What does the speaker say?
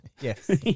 yes